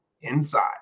inside